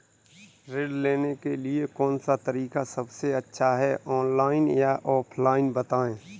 ऋण लेने के लिए कौन सा तरीका सबसे अच्छा है ऑनलाइन या ऑफलाइन बताएँ?